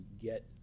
get